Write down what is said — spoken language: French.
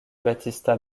battista